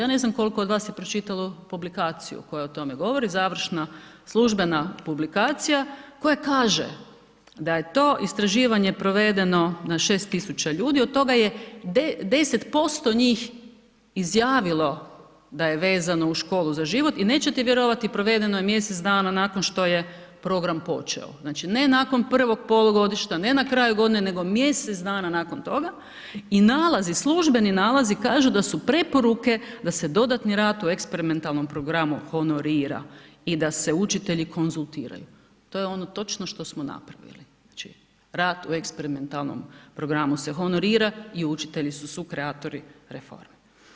Ja ne znam kolko od vas je pročitalo publikaciju koja o tome govori, završna službena publikacija koja kaže da je to istraživanje provedeno na 6000 ljudi, od toga je 10% njih izjavilo da je vezano uz Školu za život i nećete vjerovati provedeno je mjesec dana nakon što je program počeo, znači ne nakon prvog polugodišta, ne na kraju godine, nego mjesec dana nakon toga i nalazi, službeni nalazi kažu da su preporuke da se dodatni rad u eksperimentalnom programu honorira i da se učitelji konzultiraju, to je ono točno što smo napravili, znači rad u eksperimentalnom programu se honorira i učitelji su sukreatori reforme.